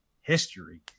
history